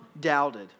doubted